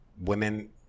women